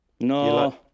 No